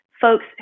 folks